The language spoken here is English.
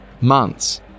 months